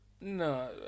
No